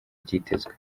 byitezwe